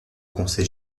conseil